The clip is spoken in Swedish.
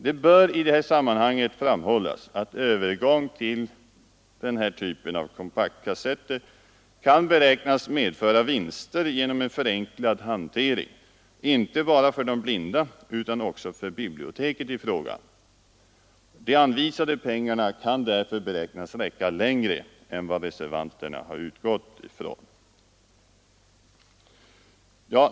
Det bör i sammanhanget framhållas att övergång till den här typen av kompaktkassetter kan beräknas medföra vinster genom en förenklad hantering inte bara för de blinda utan också för biblioteket i fråga. De anvisade pengarna kan därför beräknas räcka längre än vad reservanterna har utgått från.